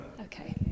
Okay